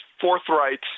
forthright